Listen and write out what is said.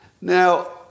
Now